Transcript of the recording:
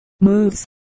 moves